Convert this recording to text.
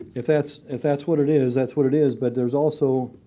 if that's if that's what it is, that's what it is. but there's also